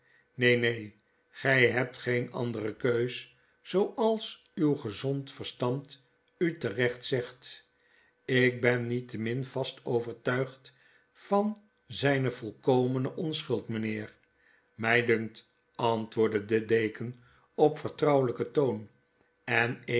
neen neen gy hebt geen andere keus zooals uw gezond verstand u terecht zegt ik ben niettemin vast overtuigd van zyne volkomene onschuld mijnheer mij dunkt antwoordde de deken op vertrouwelyken toon